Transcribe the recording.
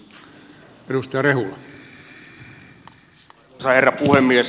arvoisa herra puhemies